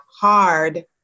hard